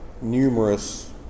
numerous